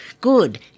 Good